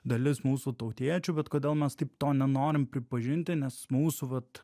dalis mūsų tautiečių bet kodėl mes taip to nenorim pripažinti nes mūsų vat